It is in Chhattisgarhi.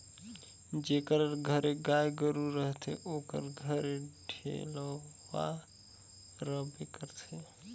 जेकर घरे गाय गरू रहथे ओकर घरे डेलवा रहबे करथे